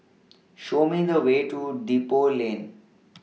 Show Me The Way to Depot Lane